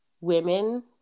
women